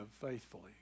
faithfully